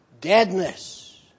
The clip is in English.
deadness